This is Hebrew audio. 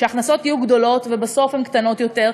שההכנסות יהיו גדולות ובסוף הן קטנות יותר,